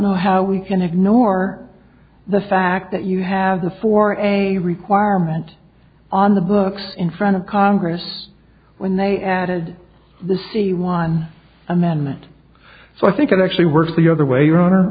know how we can ignore the fact that you have a for a requirement on the books in front of congress when they added the c one amendment so i think it actually works the other way aroun